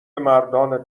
مردان